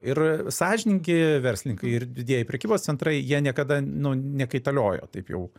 ir sąžiningi verslininkai ir didieji prekybos centrai jie niekada nu nekaitaliojo taip jau